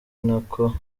nako